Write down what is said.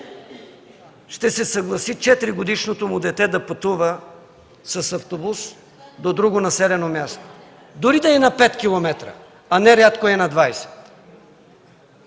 ще се съгласи четиригодишното му дете да пътува с автобус до друго населено място, дори да е на 5 км, а нерядко е на 20